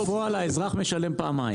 בפועל, האזרח משלם פעמיים.